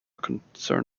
concern